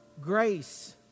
Grace